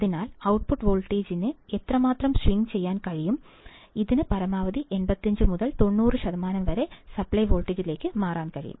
അതിനാൽ ഔട്ട്പുട്ട് വോൾട്ടേജിന് എത്രമാത്രം സ്വിംഗ് ചെയ്യാൻ കഴിയും ഇതിന് പരമാവധി 85 മുതൽ 90 ശതമാനം വരെ സപ്ലൈ വോൾട്ടേജിലേക്ക് മാറാൻ കഴിയും